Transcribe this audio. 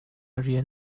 rian